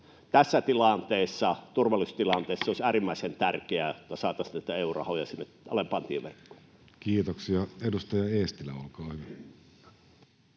Tässä turvallisuustilanteessa olisi äärimmäisen tärkeää, että saataisiin näitä EU-rahoja sinne alempaan tieverkkoon. Kiitoksia. — Edustaja Eestilä, olkaa hyvä.